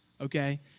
Okay